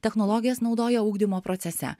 technologijas naudoja ugdymo procese